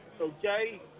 Okay